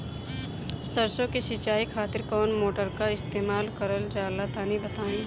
सरसो के सिंचाई खातिर कौन मोटर का इस्तेमाल करल जाला तनि बताई?